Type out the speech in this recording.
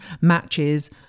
matches